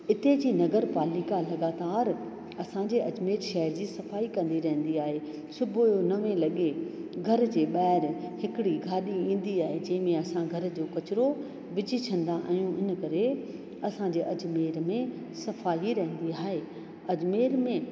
इते जी नगर पालिका लॻातारि असांजे अजमेर शहर जी सफ़ाई कंदी रहंदी आहे सुबुह नवे लॻे घर जे ॿाहिरि हिकिड़ी गाॾी ईंदी आहे जंहिंमें असां घर जो कचिरो विझी छॾंदा आहियूं इन करे असांजे अजमेर में सफ़ाई रहंदी आहे अजमेर में